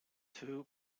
two